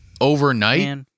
overnight